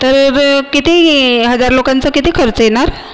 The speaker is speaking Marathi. तर किती येइ हजार लोकांचा किती खर्च येणार